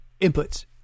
Inputs